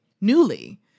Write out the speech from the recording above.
Newly